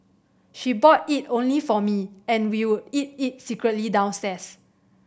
she bought it only for me and we would eat it secretly downstairs